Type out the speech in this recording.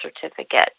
certificate